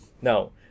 Now